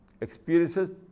experiences